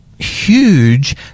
huge